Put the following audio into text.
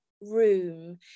room